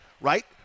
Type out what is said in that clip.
right